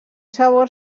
sabor